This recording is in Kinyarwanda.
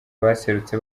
baserutse